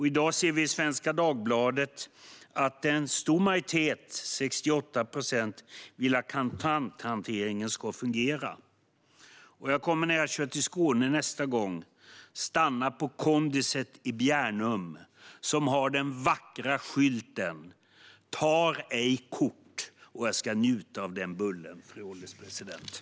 I dag ser vi i Svenska Dagbladet att en stor majoritet, 68 procent, vill att kontanthanteringen ska fungera. Jag kommer när jag kör till Skåne nästa gång att stanna på kondiset i Bjärnum, som har den vackra skylten "Tar ej kort". Och jag ska njuta av den bullen, fru ålderspresident.